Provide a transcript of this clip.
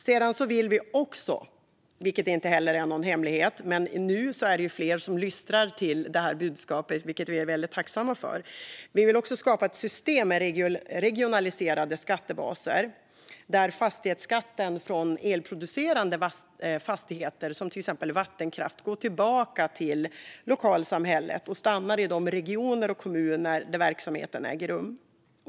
Vi vill också något annat, vilket inte är någon hemlighet. Nu är det fler som lystrar till budskapet, vilket vi är väldigt tacksamma för. Vi vill skapa ett system med regionaliserade skattebaser. Där kan skattebasen från elproducerande fastigheter, som till exempel från vattenkraft, gå tillbaka till lokalsamhället och stanna i de regioner och kommuner där verksamheten äger rum.